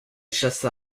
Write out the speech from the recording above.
chassa